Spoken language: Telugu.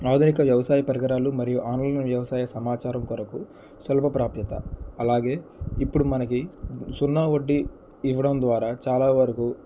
ఆధునిక వ్యవసాయ పరికరాలు మరియు ఆన్లైన్ వ్యవసాయ సమాచారం కొరకు సులభ ప్రాప్యత అలాగే ఇప్పుడు మనకి సున్నా వడ్డీ ఇవ్వడం ద్వారా చాలా వరకు